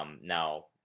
Now